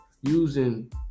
using